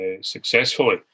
successfully